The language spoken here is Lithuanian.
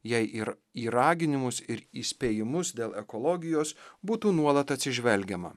jei ir į raginimus ir įspėjimus dėl ekologijos būtų nuolat atsižvelgiama